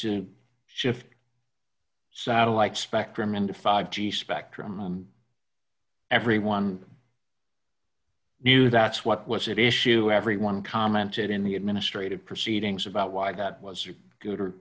to shift satellite spectrum and the five g spectrum everyone knew that's what was it issue everyone commented in the administrative proceedings about why that was a good or